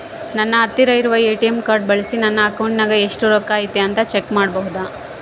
ನನ್ನ ಹತ್ತಿರ ಇರುವ ಎ.ಟಿ.ಎಂ ಕಾರ್ಡ್ ಬಳಿಸಿ ನನ್ನ ಅಕೌಂಟಿನಾಗ ಎಷ್ಟು ರೊಕ್ಕ ಐತಿ ಅಂತಾ ಚೆಕ್ ಮಾಡಬಹುದಾ?